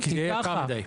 טכנולוגיות.